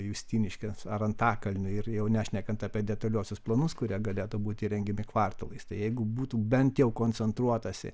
justiniškėms ar antakalniui ir jau nešnekant apie detaliuosius planus kurie galėtų būti ir rengiami kvartalais tai jeigu būtų bent jau koncentruotasi